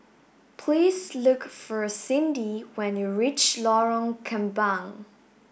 please look for Cindi when you reach Lorong Kembang